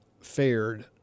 fared